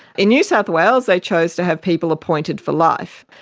in new south wales they chose to have people appointed for life.